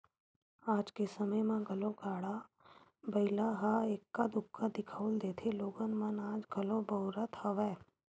आज के समे म घलो गाड़ा बइला ह एक्का दूक्का दिखउल देथे लोगन मन आज घलो बउरत हवय